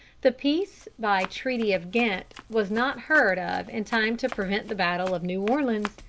the peace by treaty of ghent was not heard of in time to prevent the battle of new orleans,